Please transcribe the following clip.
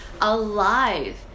alive